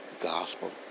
gospel